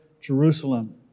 Jerusalem